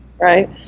right